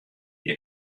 hja